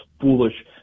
foolish